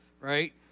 right